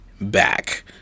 back